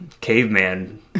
caveman